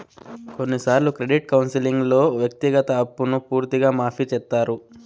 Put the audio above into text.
కొన్నిసార్లు క్రెడిట్ కౌన్సిలింగ్లో వ్యక్తిగత అప్పును పూర్తిగా మాఫీ చేత్తారు